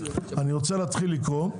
אני רוצה להתחיל לקרוא,